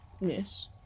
yes